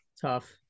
Tough